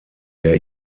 der